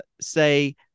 say